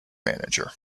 manager